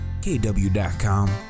KW.com